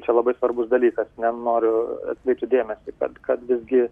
čia labai svarbus dalykas ne noriu atkreipti dėmesį kad kad visgi